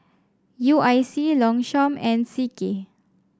U I C Longchamp and C K